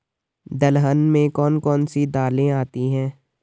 दलहन में कौन कौन सी दालें आती हैं?